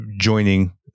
joining